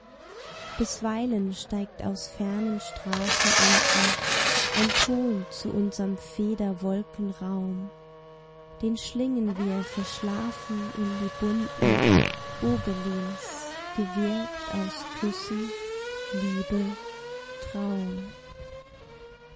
bisweilen steigt aus fernen straßen unten ein ton zu unserm federwolkenraum den schlingen wir verschlafen in die bunten gobelins gewirkt aus küssen liebe traum